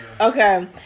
Okay